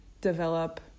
develop